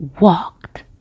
walked